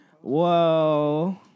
Whoa